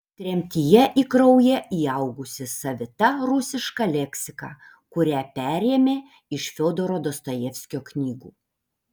tremtyje į kraują įaugusi savita rusiška leksika kurią perėmė iš fiodoro dostojevskio knygų